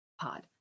pod